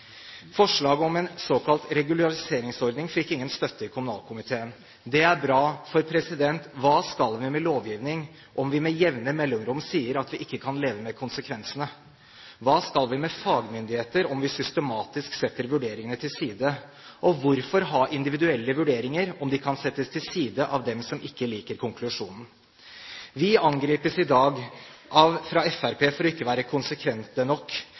Forslaget om en såkalt regulariseringsordning fikk ingen støtte i kommunalkomiteen, det er bra. For hva skal vi med lovgivning om vi med jevne mellomrom sier at vi ikke kan leve med konsekvensene? Hva skal vi med fagmyndigheter om vi systematisk setter vurderingene til side? Og hvorfor ha individuelle vurderinger om de kan settes til side av dem som ikke liker konklusjonen? Vi angripes i dag fra Fremskrittspartiet for ikke å være konsekvente nok,